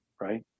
Right